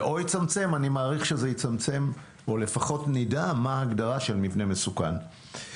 אני מעריך שזה יצמצם או לפחות נדע מה ההגדרה של מבנה מסוכן.